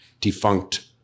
defunct